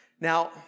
Now